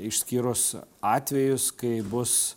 išskyrus atvejus kai bus